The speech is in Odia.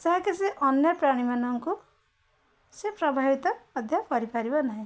ଯାହାକି ସେ ଅନ୍ୟ ପ୍ରାଣୀମାନଙ୍କୁ ସେ ପ୍ରଭାବିତ ମଧ୍ୟ କରିପାରିବ ନାହିଁ